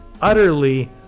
utterly